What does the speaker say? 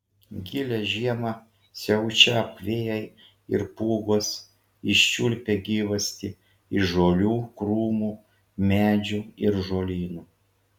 gilią žiemą siaučią vėjai ir pūgos iščiulpia gyvastį iš žolių krūmų medžių ir žolynų